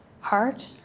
heart